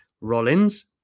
Rollins